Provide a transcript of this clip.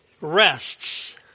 rests